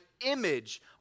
image